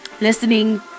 listening